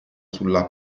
sulla